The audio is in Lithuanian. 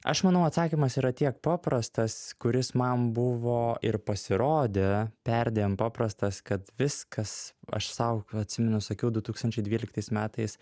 aš manau atsakymas yra tiek paprastas kuris man buvo ir pasirodė perdėm paprastas kad viskas aš sau atsimenu sakiau du tūkstančiai dvyliktais metais